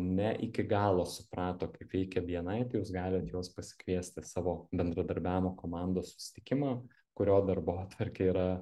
ne iki galo suprato kaip veikia bni tai jūs galit juos pasikviest į savo bendradarbiavimo komandos susitikimą kurio darbotvarkė yra